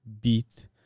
beat